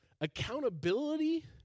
accountability